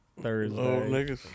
thursday